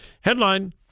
Headline